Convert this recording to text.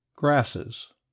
GRASSES